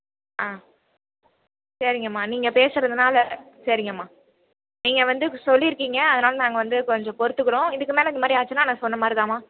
ஆ சரிங்கம்மா நீங்கள் பேசுகிறதுனால சரிங்கம்மா நீங்கள் வந்து சொல்லியிருக்கீங்க அதனால நாங்கள் வந்து கொஞ்சம் பொருத்துக்கிறோம் இதுக்கு மேலே இந்த மாதிரி ஆச்சுன்னா நான் சொன்ன மாதிரி தாம்மா